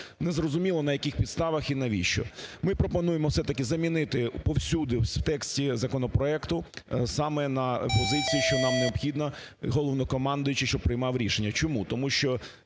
незрозуміло на яких підставах і навіщо. Ми пропонуємо все-таки замінити повсюди в тексті законопроекту саме на позицію, що нам необхідно, Головнокомандуючий щоб приймав рішення. Чому? Тому що